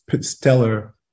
stellar